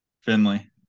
Finley